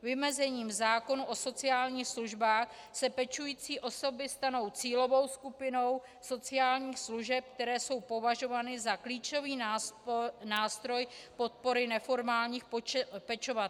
Vymezením v zákonu o sociálních službách se pečující osoby stanou cílovou skupinou sociálních služeb, které jsou považovány za klíčový nástroj podpory neformálních pečovatelů.